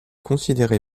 considéré